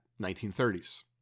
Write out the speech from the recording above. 1930s